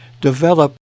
develop